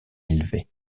élevé